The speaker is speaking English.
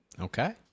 Okay